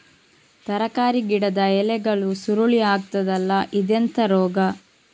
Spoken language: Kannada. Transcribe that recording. ತರಕಾರಿ ಗಿಡದ ಎಲೆಗಳು ಸುರುಳಿ ಆಗ್ತದಲ್ಲ, ಇದೆಂತ ರೋಗ?